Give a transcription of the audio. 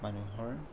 মানুহৰ